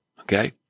Okay